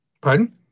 Pardon